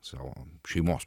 savo šeimos